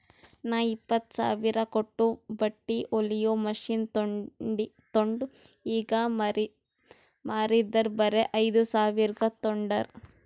ನಾ ಇಪ್ಪತ್ತ್ ಸಾವಿರ ಕೊಟ್ಟು ಬಟ್ಟಿ ಹೊಲಿಯೋ ಮಷಿನ್ ತೊಂಡ್ ಈಗ ಮಾರಿದರ್ ಬರೆ ಐಯ್ದ ಸಾವಿರ್ಗ ತೊಂಡಾರ್